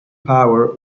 power